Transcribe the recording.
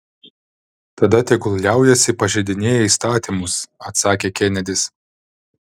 tada tegul liaujasi pažeidinėję įstatymus atsakė kenedis